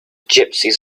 gypsies